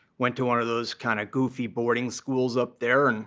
went to one of those kind of goofy boarding schools up there. and